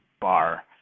bar